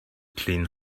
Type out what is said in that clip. clean